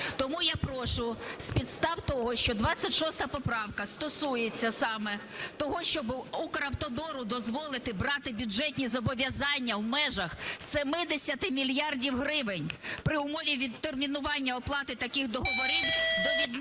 Тому я прошу з підстав того, що 26 поправка стосується саме того, щоб Укравтодору дозволити брати бюджетні зобов'язання в межах 70 мільярдів гривень при умові відтермінування оплати таких договорів до відновлення